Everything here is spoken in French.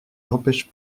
l’empêche